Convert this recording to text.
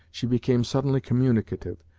she became suddenly communicative,